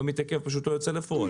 לא מתעכב, פשוט לא יוצא אל הפועל.